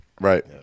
right